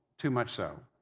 too much so.